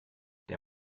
der